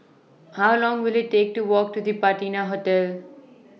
How Long Will IT Take to Walk to The Patina Hotel